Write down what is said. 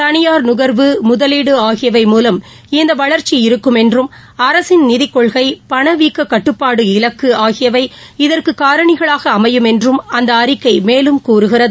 தனியாா் நுகா்வு முதலீடுஆகியவை மூவம் இந்தவளா்ச்சி இருக்கும் என்றும் அரசின் நிதிக் கொள்கை பணவீக்ககட்டுப்பாடு இலக்குஆகியவை இதற்குகாரணிகளாகஅமையும் என்றும் அந்தஅறிக்கைமேலும் கூறுகிறது